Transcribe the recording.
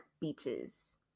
beaches